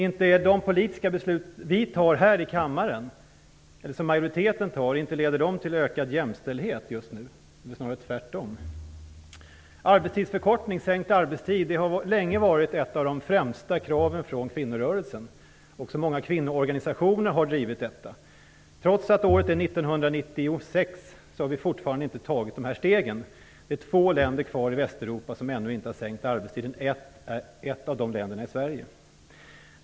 Inte leder de politiska beslut som majoriteten här i kammaren fattar till ökad jämställdhet just nu? Det är väl snarare tvärtom. Arbetstidsförkortning har länge varit ett av de främsta kraven från kvinnorörelsen. Många kvinnoorganisationer har drivit detta. Trots att året nu är 1996 har vi ännu inte tagit de stegen. Det är två länder kvar i Västeuropa som ännu inte har sänkt arbetstiden. Ett av dem är Sverige.